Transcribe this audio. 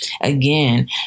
again